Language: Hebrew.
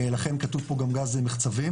לכן כתוב פה גם גז מחצבים.